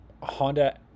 Honda